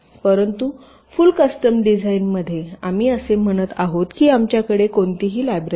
परंतु full custom design डिझाइनमध्ये आम्ही असे म्हणत आहोत की आमच्याकडे कोणतीही लायब्ररी नाही